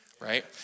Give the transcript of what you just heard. Right